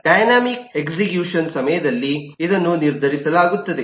dynamic execution ಸಮಯದಲ್ಲಿ ಇದನ್ನು ನಿರ್ಧರಿಸಲಾಗುತ್ತದೆ